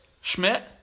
Schmidt